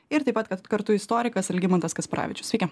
ir taip pat kar kartu istorikas algimantas kasparavičius sveiki